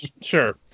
sure